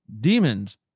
Demons